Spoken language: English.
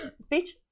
Speech